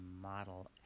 model